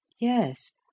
Yes